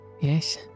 Yes